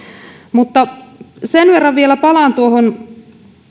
mutta sen verran vielä palaan tuohon